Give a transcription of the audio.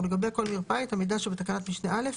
ולגבי כל מרפאה את המידע שבתקנת משנה (א),